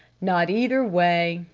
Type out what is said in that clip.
not either way.